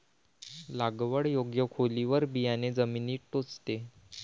लागवड योग्य खोलीवर बियाणे जमिनीत टोचते